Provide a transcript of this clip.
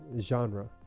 genre